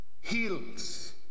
heals